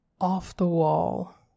off-the-wall